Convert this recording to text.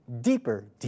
Deeper